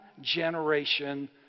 generation